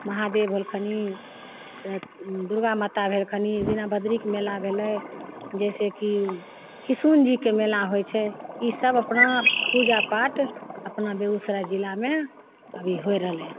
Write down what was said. महादेव होलखिन दुरगा माता भेलखिन दीना भद्रीके मेला भेलै जइसेकि किशुनजीके मेला होइ छै ईसब अपना पूजा पाठ अपना बेगूसराय जिलामे अभी होइ रहलै